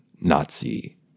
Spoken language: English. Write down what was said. Nazi